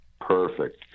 Perfect